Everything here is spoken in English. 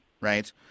Right